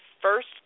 first